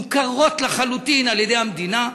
מוכרות לחלוטין על-ידי המדינה.